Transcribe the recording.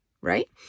Right